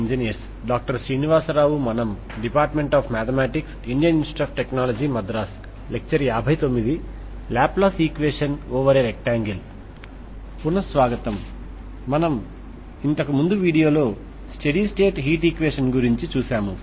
ఇంతకు ముందు వీడియోలో రాడ్ యొక్క రెండు చివరలను రెండు వేర్వేరు ఉష్ణోగ్రతలలో ఉంచినప్పుడు ఫైనైట్ రాడ్ లో హీట్ ఈక్వేషన్ యొక్క పరిష్కారాన్ని ఎలా కనుగొనాలో చూశాము